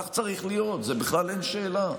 כך צריך להיות, בכלל אין שאלה.